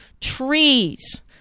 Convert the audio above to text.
trees